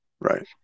Right